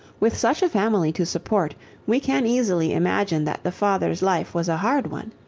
with such a family to support we can easily imagine that the father's life was a hard one.